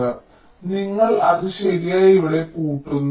അതിനാൽ നിങ്ങൾ അത് ശരിയായി ഇവിടെ പൂട്ടുന്നു